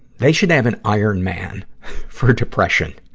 they should have an ironman for depression.